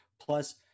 Plus